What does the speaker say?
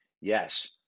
Yes